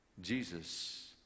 Jesus